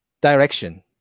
direction